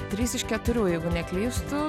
trys iš keturių jeigu neklystu